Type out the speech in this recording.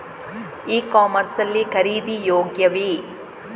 E commerce ಲ್ಲಿ ಖರೀದಿ ಯೋಗ್ಯವೇ?